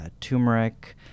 turmeric